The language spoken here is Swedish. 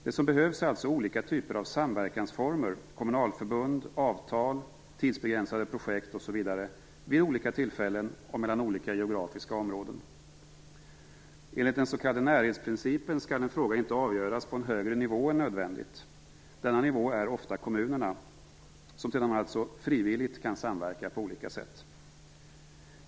Det som behövs är alltså olika typer av samverkansformer - kommunalförbund, avtal, tidsbegränsade projekt osv. - vid olika tillfällen och mellan olika geografiska områden. Enligt den s.k. närhetsprincipen skall en fråga inte avgöras på en högre nivå än nödvändigt. Denna nivå är ofta kommunerna, som sedan alltså frivilligt kan samverka på olika sätt.